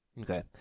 Okay